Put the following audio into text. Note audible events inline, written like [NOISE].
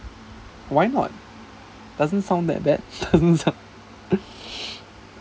why not doesn't sound that bad [LAUGHS] doesn't sound [LAUGHS] [BREATH]